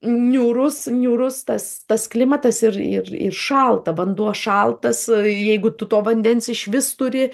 niūrus niūrus tas tas klimatas ir ir ir šalta vanduo šaltas jeigu tu to vandens išvis turi